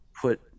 put